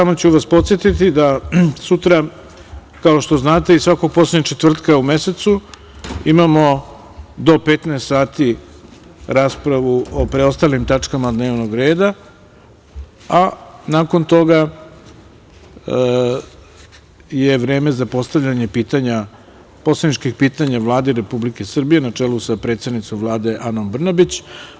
Samo ću vas podsetiti da sutra, kao što znate, i svakog poslednjeg četvrtka u mesecu imamo do 15.00 časova raspravu o preostalim tačkama dnevnog reda, a nakon toga je vreme za postavljanje poslaničkih pitanja Vlade Republike Srbije, na čelu sa predsednicom Vlade, Ane Brnabić.